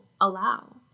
allow